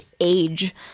age